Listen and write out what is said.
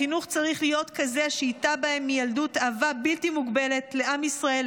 החינוך צריך להיות כזה שייטע בהם מילדות אהבה בלתי מוגבלת לעם ישראל,